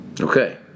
Okay